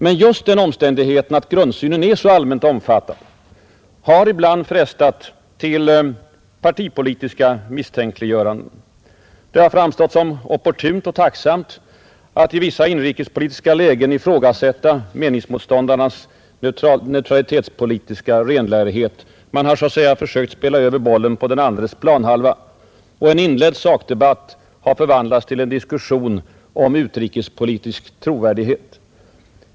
Men just den omständigheten att grundsynen är så allmänt omfattad har ibland frestat till partipolitiska misstänkliggöranden, Det har framstått såsom opportunt och tacksamt att i vissa inrikespolitiska lägen ifrågasätta meningsmotståndarnas neutralitetspolitiska renlärighet. Man har så att säga försökt spela över bollen på den andres planhalva, och en inledd sakdebatt har förvandlats till en diskussion om utrikespolitisk trovärdighet.